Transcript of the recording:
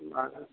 माथो